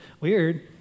weird